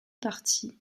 parties